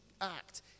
act